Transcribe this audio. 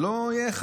שלא יהיה משוא פנים,